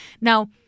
Now